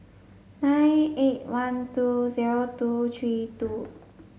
nine eight one two zero two three two